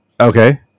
Okay